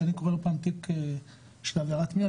שאני קורא לא פעם תיק של עבירת מין,